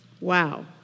Wow